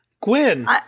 Gwen